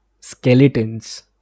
Skeletons